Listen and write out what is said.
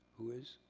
who is?